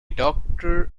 doctor